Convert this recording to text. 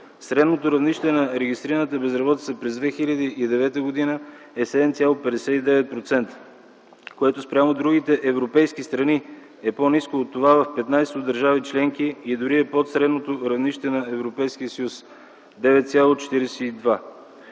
Средното равнище на регистрираната безработица през 2009 г. е 7,59%, което спрямо другите европейски страни е по-ниско от това в 15 държави членки и дори е под средното равнище на Европейския съюз – 9,42.